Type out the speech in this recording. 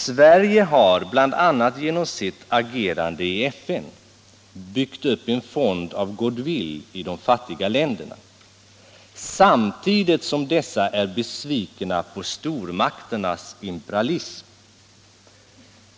—-—-—- Sverige har bl.a. genom sitt agerande i FN byggt upp en fond av good-will i de fattiga länderna, samtidigt som dessa är besvikna på stormakternas imperialism.